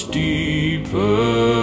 deeper